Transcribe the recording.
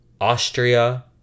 Austria